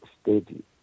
steady